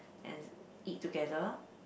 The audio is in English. and eat together